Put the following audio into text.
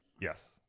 Yes